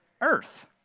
Earth